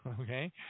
okay